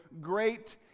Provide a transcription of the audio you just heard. great